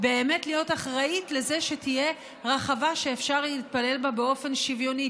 להיות אחראית לזה שתהיה רחבה שאפשר יהיה להתפלל בה באופן שוויוני,